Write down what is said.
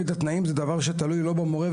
אז הספורט היום ממש במרכז הבמה,